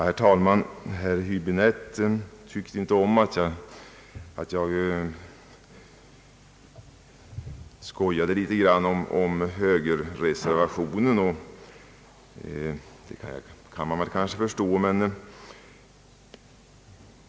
Herr talman! Herr Häbinette tyckte inte om att jag skojade litet grand om högerreservationen, och det kan man kanske förstå.